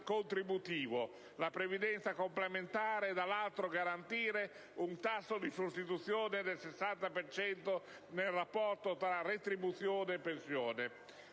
contributivo e la previdenza complementare e, dall'altro, garantire un tasso di sostituzione del 60 per cento nel rapporto tra retribuzione e pensione.